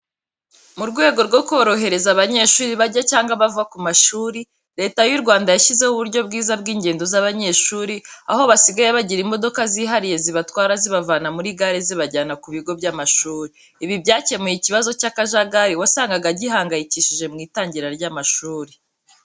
Mu rwego rwo korohereza abanyeshuri bajya cyangwa bava ku mashuri, leta y'uRwanda yashyizeho uburyo bwiza bw'ingendo z'abanyeshuri aho basigaye bagira imodoka zihariya zibatwara zibavana muri gare zibajyana ku bigo by'amashuri. Ibi byakemuye ikibazo cy'akajagari wasangaga gihangayikishije mu itangira ry'amashuri.